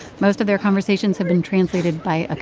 most of their conversations have been translated by a